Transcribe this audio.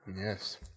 Yes